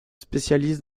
spécialise